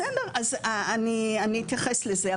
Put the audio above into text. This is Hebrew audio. בסדר, אני אתייחס לזה.